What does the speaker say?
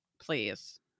please